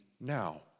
now